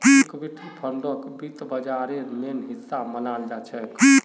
equity फंडक वित्त बाजारेर मेन हिस्सा मनाल जाछेक